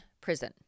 prison